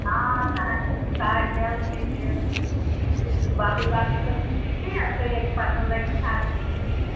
آ تاج تاج محل تہِ چھِ باقٕے باقٕے قٕسٕم تہِ چھِ یۄس تۄہہِ ییٚتہِ پَسنٛد لَگوٕ سۄ اَکھ نیٖتو تُہۍ